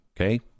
okay